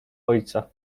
ojca